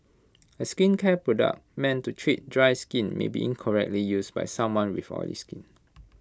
A skincare product meant to treat dry skin may be incorrectly used by someone with oily skin